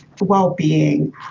well-being